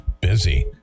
busy